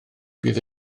bydd